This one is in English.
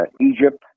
Egypt